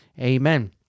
Amen